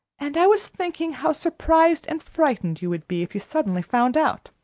and i was thinking how surprised and frightened you would be if you suddenly found out